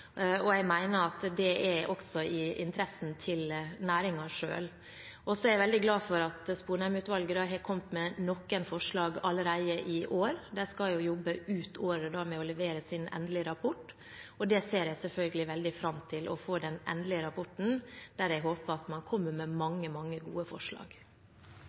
Jeg mener at det også er i interessen til næringen selv. Jeg er veldig glad for at Sponheim-utvalget har kommet med noen forslag allerede i år. De skal jobbe ut året med å levere sin endelige rapport, og jeg ser selvfølgelig veldig fram til å få den endelige rapporten, der jeg håper man kommer med mange, mange gode forslag.